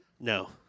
No